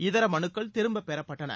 இதர மனுக்கள் திரும்ப பெறப்பட்டன